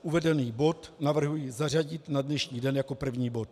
Uvedený bod navrhuji zařadit na dnešní den jako první bod.